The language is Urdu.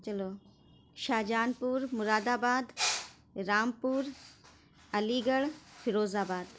چلو Shahjahanpur Moradabad Rampur Aligarh Feroz آباد